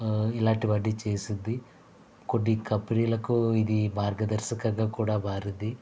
ఇలాంటివన్నీ చేసింది కొన్ని కంపెనీ లకు ఇది మార్గదర్శకంగా కూడా మారింది